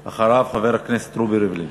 ואחריו, חבר הכנסת רובי ריבלין.